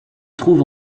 trouve